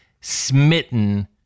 smitten